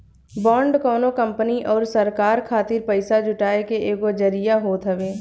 bond कवनो company अउरी सरकार खातिर पईसा जुटाए के एगो जरिया होत हवे